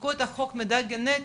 שחוקקו את החוק, מידע גנטית